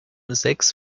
sechs